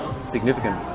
significant